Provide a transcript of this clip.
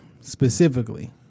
specifically